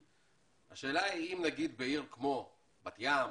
בעיר כמו בת ים,